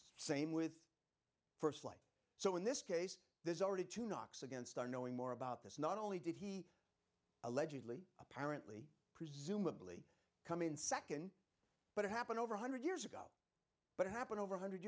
same with st life so in this case there's already too knocks against our knowing more about this not only did he allegedly apparently presumably come in nd but it happened over one hundred years ago but it happened over a one hundred